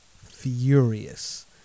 furious